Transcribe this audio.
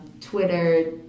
Twitter